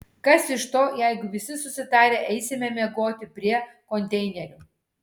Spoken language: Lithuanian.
kas iš to jeigu visi susitarę eisime miegoti prie konteinerių